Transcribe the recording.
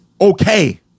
okay